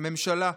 הממשלה.